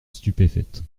stupéfaite